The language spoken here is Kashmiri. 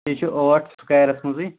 بیٚیہِ چھِ ٲٹھ سُکیرَس منٛزٕے